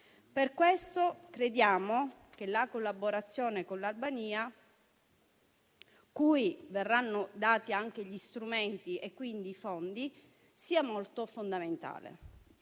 Per questo crediamo che la collaborazione con l'Albania, cui verranno dati anche gli strumenti e quindi i fondi, sia fondamentale.